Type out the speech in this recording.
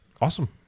Awesome